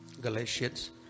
Galatians